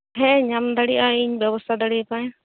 ᱦᱮᱸ ᱧᱟᱢ ᱫᱟᱲᱮᱭᱟᱜᱼᱟ ᱤᱧ ᱵᱮᱵᱚᱥᱛᱟ ᱫᱟᱲᱮᱭᱟᱯᱮᱭᱟ